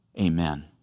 Amen